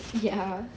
ya